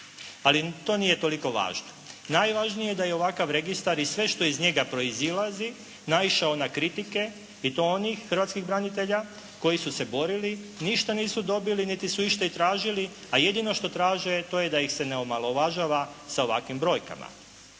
ni to nije toliko važno. Najvažnije je da je ovakav registar i sve što iz njega proizilazi naišao na kritike i to onih hrvatskih branitelja koji su se borili, ništa nisu dobili, niti su išta i tražili, a jedino što traže to je da ih se ne omalovažava sa ovakvim brojkama.